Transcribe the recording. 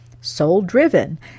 soul-driven